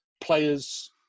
players